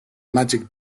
magic